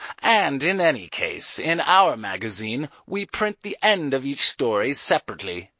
and in any case in our magazine we print the end of each story separately,